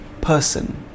person